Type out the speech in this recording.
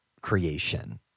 creation